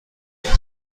این